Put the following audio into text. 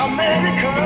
America